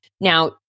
Now